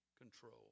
control